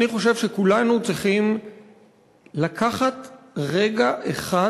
אני חושב שכולנו צריכים לקחת רגע אחד